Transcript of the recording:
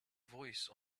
voice